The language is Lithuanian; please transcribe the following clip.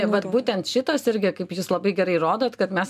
vat būtent šitos irgi kaip jūs labai gerai rodot kad mes